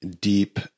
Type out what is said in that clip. deep